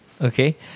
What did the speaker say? Okay